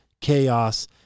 chaos